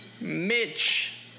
Mitch